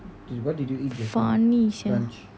funny sia